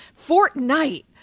Fortnite